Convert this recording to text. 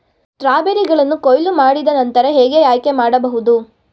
ಸ್ಟ್ರಾಬೆರಿಗಳನ್ನು ಕೊಯ್ಲು ಮಾಡಿದ ನಂತರ ಹೇಗೆ ಆಯ್ಕೆ ಮಾಡಬಹುದು?